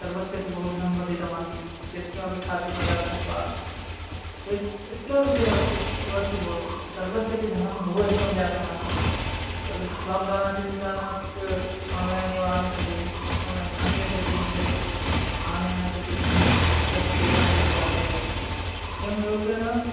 सर्वस्यपि बहु धनं वर्धितमासीत् यत्किमपि खाद्यपदार्थः वा एक् यत्किमपि विषये वक् वस्तु भवतु सर्वस्यपि धनं बहु अधिकं जातम् आसीत् तद् लाक्डौन् आसीत् इति कारणात् आन्लैन् एव आनीतव्यम् आन्लैन् आनीयते स् चेत् अनेन तस्यापि धनं तस्य तेषां कृते दातव्यं किं रूपेण